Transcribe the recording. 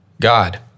God